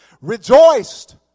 rejoiced